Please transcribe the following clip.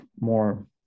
more